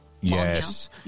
yes